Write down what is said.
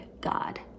God